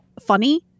funny